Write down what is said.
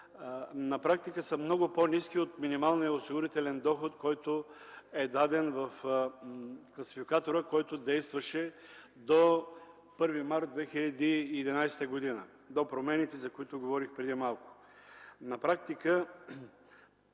на практика са много по-ниски от минималния осигурителен доход, който е даден в класификатора, който действаше до 1 март 2011 г., до промените, за които говорих преди малко. На практика